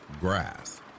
grass